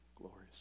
glorious